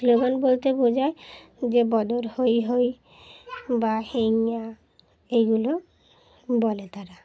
slogan বলতে বোঝায় যে বদর হই হই বা হেঁইয়ো এইগুলো বলে তারা